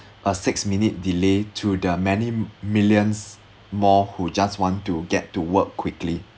a six minute delay to the many millions more who just want to get to work quickly